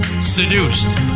Seduced